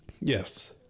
Yes